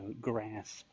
grasp